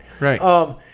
Right